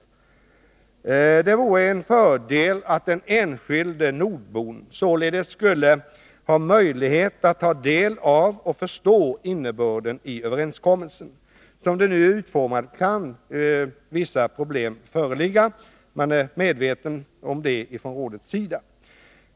Det vore således en fördel om den enskilde nordbon finge möjlighet att ta del av och förstå innebörden i överenskommelsen. Som den nu är utformad kan vissa problem föreligga; man är medveten om detta inom rådet.